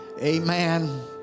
Amen